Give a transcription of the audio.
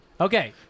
Okay